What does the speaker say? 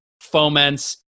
foments